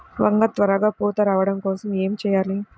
వంగ త్వరగా పూత రావడం కోసం ఏమి చెయ్యాలి?